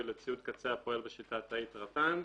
לציוד קצה הפועל בשיטה התאית (רט"ן)).